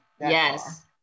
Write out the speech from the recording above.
Yes